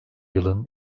yılın